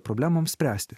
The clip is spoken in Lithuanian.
problemoms spręsti